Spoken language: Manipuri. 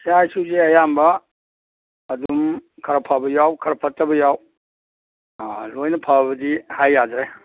ꯏꯆꯥ ꯏꯁꯨꯁꯦ ꯑꯌꯥꯝꯕ ꯑꯗꯨꯝ ꯈꯔ ꯐꯕ ꯌꯥꯎ ꯈꯔ ꯐꯠꯇꯕ ꯌꯥꯎ ꯂꯣꯏꯅ ꯐꯕꯗꯤ ꯍꯥꯏ ꯌꯥꯗ꯭ꯔꯦ